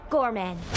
Gorman